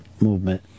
movement